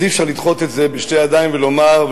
אז אי-אפשר לדחות את זה בשתי ידיים ולומר,